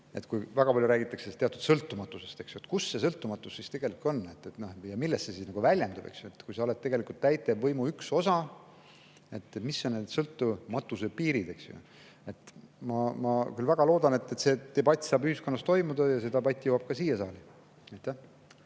kui väga palju räägitakse teatud sõltumatusest, siis kus see sõltumatus siis tegelikult on, milles see nagu väljendub. Kui sa oled tegelikult täitevvõimu üks osa, siis kus on need sõltumatuse piirid, eks ju? Ma küll väga loodan, et see debatt saab ühiskonnas toimuda ja see debatt jõuab ka siia saali.